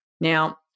Now